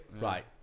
right